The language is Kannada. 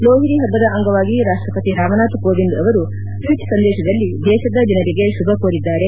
ಲೋಹಿರಿ ಹಬ್ಬದ ಅಂಗವಾಗಿ ರಾಷ್ಟಪತಿ ರಾಮನಾಥ್ಕೋವಿಂದ್ ಅವರು ಟ್ಲೀಟ್ ಸಂದೇಶದಲ್ಲಿ ದೇಶದ ಜನರಿಗೆ ಶುಭ ಕೋರಿದ್ದಾರೆ